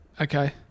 Okay